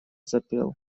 запел